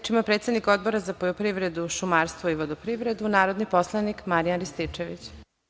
Reč ima predsednik Odbora za poljoprivredu, šumarstvo i vodoprivredu, narodni poslanik Marijan Rističević.